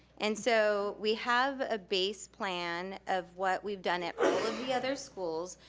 and so, we have a base plan of what we've done at all of the other schools,